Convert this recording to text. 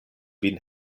vin